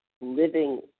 living